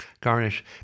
garnish